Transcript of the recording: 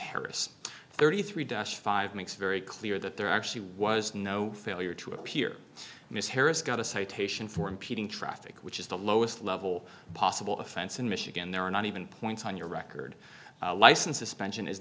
harris thirty three dust five makes very clear that there actually was no failure to appear ms harris got a citation for impeding traffic which is the lowest level possible offense in michigan there are not even points on your record license suspension is